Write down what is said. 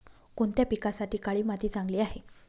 कोणत्या पिकासाठी काळी माती चांगली आहे?